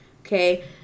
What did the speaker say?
Okay